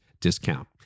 Discount